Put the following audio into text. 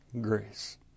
grace